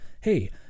Hey